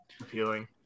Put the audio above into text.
appealing